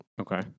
Okay